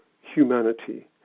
humanity